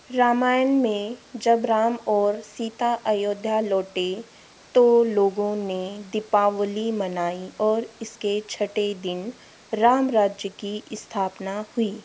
रामायण में जब राम और सीता अयोध्या लौटे तो लोगों ने दीपावली मनाई और इसके छठे दिन रामराज्य की स्थापना हुई